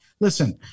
Listen